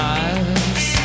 eyes